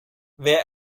wer